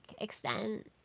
extent